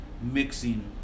mixing